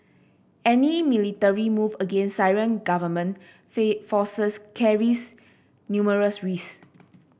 any military move against Syrian government fee forces carries numerous risk